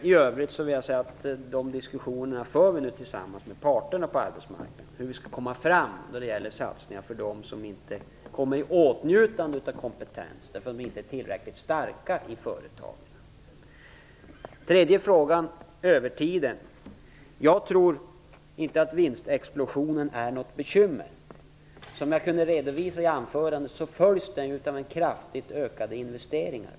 I övrigt vill jag säga att vi för diskussioner med parterna på arbetsmarknaden om hur vi skall gå till väga när det gäller satsningar för dem som inte kommer i åtnjutande av kompetensen i företagen därför att de inte är tillräckligt starka. Den tredje frågan handlade om övertiden. Jag tror inte att vinstexplosionen är något bekymmer. Som jag kunde redovisa i mitt anförande följs den av kraftigt ökade investeringar.